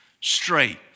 straight